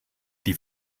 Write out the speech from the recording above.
die